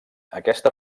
aquesta